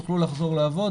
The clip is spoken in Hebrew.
יוכלו לחזור לעבוד,